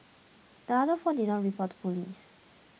the other four did not to police